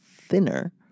thinner